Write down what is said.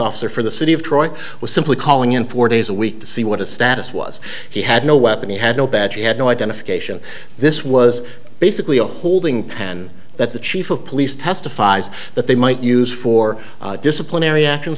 officer for the city of troy was simply calling in four days a week to see what his status was he had no weapon he had no badge we had no identification this was basically a holding pen that the chief of police testifies that they might use for disciplinary action